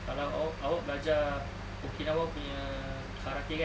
kalau awak awak belajar okinawa punya karate kan